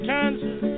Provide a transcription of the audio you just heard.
Kansas